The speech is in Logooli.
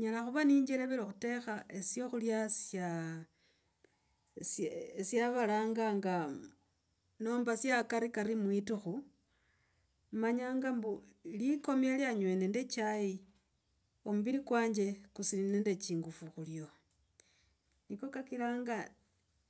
nyela khuva nenjereve khutekha syakhula sya sya syovolanganga nomba sya akarikari muitukhu manyanga mbu, likomialya nywe nende echai ombiri kwanje kusiri nende chingufu khulia niko kakiranga